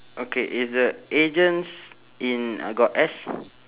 okay is the agents in uh got S